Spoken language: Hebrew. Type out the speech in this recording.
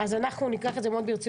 אז אנחנו ניקח את זה מאוד ברצינות.